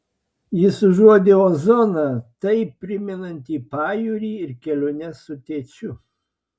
jis užuodė ozoną taip primenantį pajūrį ir keliones su tėčiu